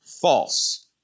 false